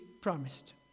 promised